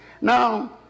Now